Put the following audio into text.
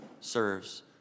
serves